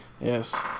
Yes